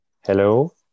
Hello